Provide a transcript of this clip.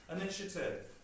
initiative